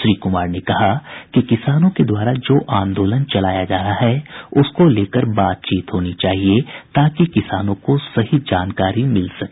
श्री कुमार ने कहा कि किसानों के द्वारा जो आंदोलन चलाया जा रहा है उसको लेकर बातचीत होनी चाहिए ताकि किसानों को सही जानकारी मिल सके